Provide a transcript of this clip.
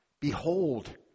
Behold